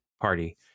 party